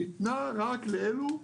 ניתנה רק לאלה,